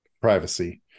privacy